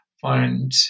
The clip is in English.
find